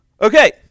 Okay